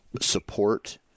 support